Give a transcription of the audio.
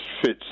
fits